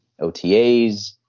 OTAs